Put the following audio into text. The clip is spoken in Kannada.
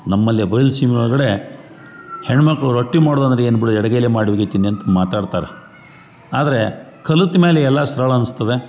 ನಮ್ಮಲ್ಲಿ ಬಯಲುಸೀಮೆ ಒಳಗಡೆ ಹೆಣ್ಮಕ್ಕಳು ರೊಟ್ಟಿ ಮಾಡುದಂದರೆ ಏನು ಬಿಡು ಎಡಗೈಲೆ ಮಾಡಿ ಒಗಿತಿನಿ ಅಂತ ಮಾತಾಡ್ತಾರೆ ಆದರೆ ಕಲಿತ ಮ್ಯಾಲೆ ಎಲ್ಲಾ ಸರಳ ಅನಸ್ತದೆ